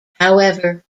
however